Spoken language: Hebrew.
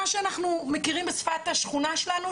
מה שאנחנו מכירים בשפת השכונה שלנו,